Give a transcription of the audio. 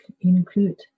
include